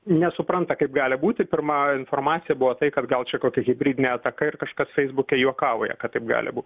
nesupranta kaip gali būti pirma informacija buvo tai kad gal čia kokia hibridinė ataka ir kažkas feisbuke juokauja kad taip gali būt